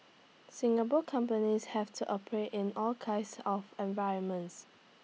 Singapore companies have to operate in all kinds of environments